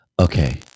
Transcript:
okay